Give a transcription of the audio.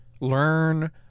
Learn